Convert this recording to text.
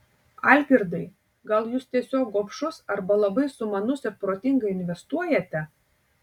algirdai gal jūs tiesiog gobšus arba labai sumanus ir protingai investuojate